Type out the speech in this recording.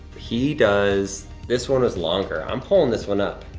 he does, this one was longer. i'm pulling this one up.